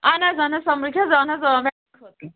اَہَن حظ اَہَن حظ سَمٕج حظ اَہَن حظ آ وےٚ